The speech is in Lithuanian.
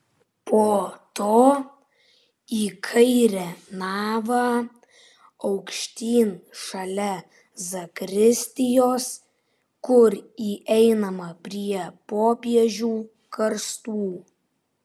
po to į kairę navą aukštyn šalia zakristijos kur įeinama prie popiežių karstų